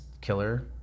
killer